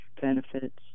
benefits